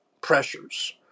pressures